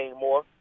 more